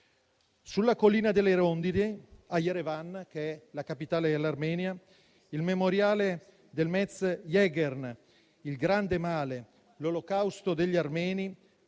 Sulla Collina delle rondini a Yerevan, che è la capitale dell'Armenia, il memoriale del *Metz Yeghern* (il grande male), l'Olocausto degli armeni,